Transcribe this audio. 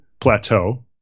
plateau